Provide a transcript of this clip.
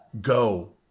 go